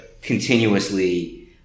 Continuously